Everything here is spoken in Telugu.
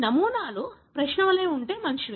నమూనాలు ప్రశ్న వలె ఉంటే మంచివి